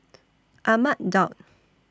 Ahmad Daud